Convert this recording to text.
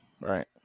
Right